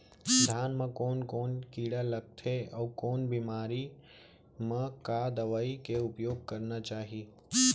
धान म कोन कोन कीड़ा लगथे अऊ कोन बेमारी म का दवई के उपयोग करना चाही?